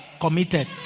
committed